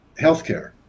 healthcare